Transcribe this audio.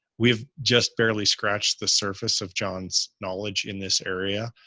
we've just barely scratched the surface of john's knowledge in this area.